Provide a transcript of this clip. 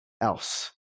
else